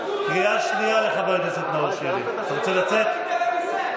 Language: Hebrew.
חבר הכנסת נאור שירי, קריאה ראשונה.